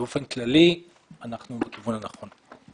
באופן כללי אנחנו בכיוון הנכון.